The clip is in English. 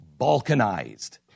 balkanized